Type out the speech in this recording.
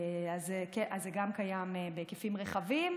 אז זה קיים בהיקפים רחבים